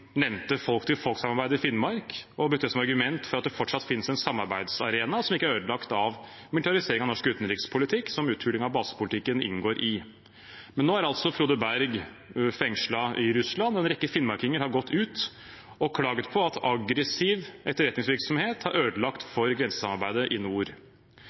nevnte folk-til-folk-samarbeidet i Finnmark og brukte det som et argument for at det fortsatt finnes en samarbeidsarena som ikke er ødelagt av militariseringen av norsk utenrikspolitikk, som uthulingen av basepolitikken inngår i. Men nå er Frode Berg fengslet i Russland, og en rekke finnmarkinger har gått ut og klagd på at aggressiv etterretningsvirksomhet har ødelagt for grensesamarbeidet i nord.